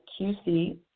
QC